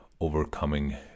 overcoming